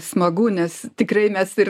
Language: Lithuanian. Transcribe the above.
smagu nes tikrai mes ir